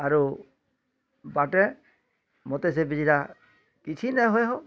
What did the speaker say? ଆରୁ ବାଟେ ମୋତେ ସେ ବୁଝିଲା କିଛି ନାଇ ହୋଏ ହୋ